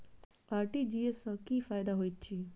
RTGS सँ की फायदा होइत अछि?